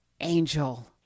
Angel